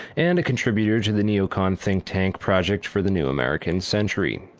and a contributor to the neo con think tank project for the new american century.